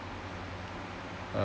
a